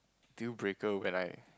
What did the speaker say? deal breaker when I